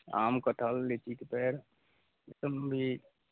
आम कटहल लीची कऽ पेड़ ई सभ भी